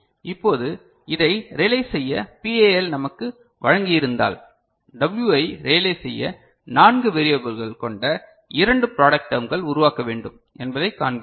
இப்போது இதை ரியலைஸ் செய்ய PAL நமக்கு வழங்கியிருந்தால் W ஐ ரியலைஸ் செய்ய நான்கு வேரியபல்கள் கொண்ட இரண்டு ப்ராடெக்ட் டேர்ம்கள் உருவாக்க வேண்டும் என்பதைக் காண்கிறோம்